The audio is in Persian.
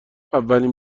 اولین